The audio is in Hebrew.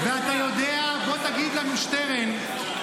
יש אינטרנט רימון,